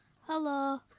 Hello